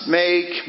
make